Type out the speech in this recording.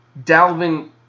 Dalvin